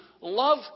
love